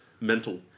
mental